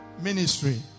Ministry